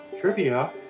trivia